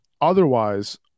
otherwise